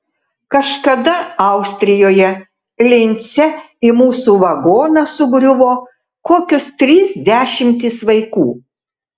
kažkada austrijoje lince į mūsų vagoną sugriuvo kokios trys dešimtys vaikų